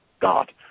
God